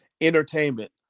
Entertainment